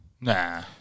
Nah